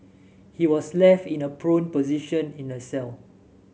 he was left in a prone position in the cell